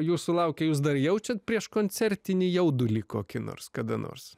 jūsų laukia jūs dar jaučiat prieškoncertinį jaudulį kokį nors kada nors